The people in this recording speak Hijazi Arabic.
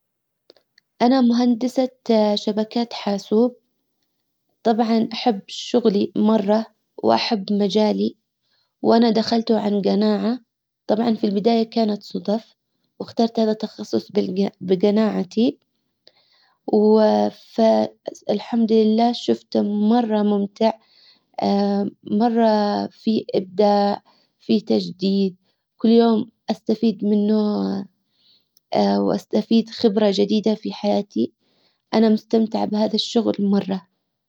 انا مهندسة شبكات حاسوب. طبعا احب شغلي مرة واحب مجالي. وانا دخلته عن جناعة. طبعا في البداية كانت صدف. واخترت هذا التخصص بجناعتي. الحمد شفته مرة ممتع. مرة في ابداع في تجديد. كل يوم استفيد منه واستفيد خبرة جديدة في حياتي. انا مستمتعة بهذا الشغل مرة.